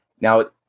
Now